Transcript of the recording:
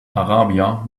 arabia